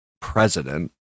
President